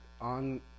on